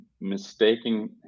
mistaking